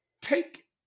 Take